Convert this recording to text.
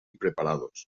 preparados